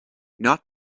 not